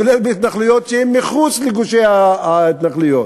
כולל בהתנחלויות שהן מחוץ לגושי ההתנחלויות,